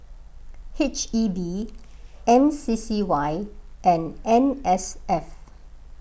H E B M C C Y and N S F